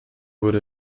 wurde